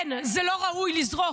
כן, זה לא ראוי לזרוק.